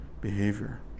behavior